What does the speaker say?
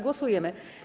Głosujemy.